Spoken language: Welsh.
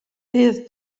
bydd